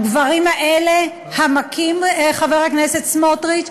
הגברים האלה, המכים, חבר הכנסת סמוטריץ.